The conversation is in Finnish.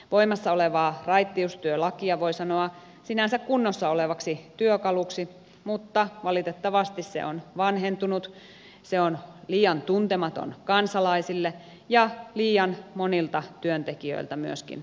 voimassa olevaa raittiustyölakia voi sanoa sinänsä kunnossa olevaksi työkaluksi mutta valitettavasti se on vanhentunut se on liian tuntematon kansalaisille ja myöskin liian monilta työntekijöiltä hukassa